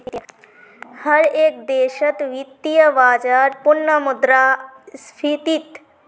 हर एक देशत वित्तीय बाजारत पुनः मुद्रा स्फीतीक देखाल जातअ राहिल छे